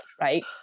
right